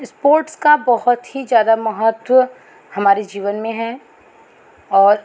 sports का बहुत ही ज्यादा महत्व हमारे जीवन में है और